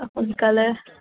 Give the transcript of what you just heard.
সোনকালে